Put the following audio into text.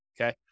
okay